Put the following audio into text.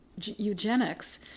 eugenics